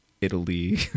Italy